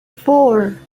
four